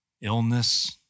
illness